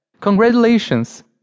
Congratulations